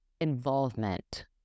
involvement